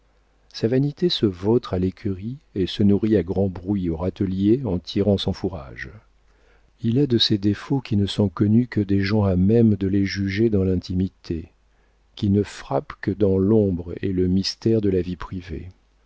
sa vanité se vautre à l'écurie et se nourrit à grand bruit au râtelier en tirant son fourrage il a de ces défauts qui ne sont connus que des gens à même de les juger dans l'intimité qui ne frappent que dans l'ombre et le mystère de la vie privée